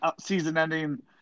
season-ending –